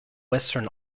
western